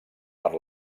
per